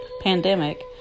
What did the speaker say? pandemic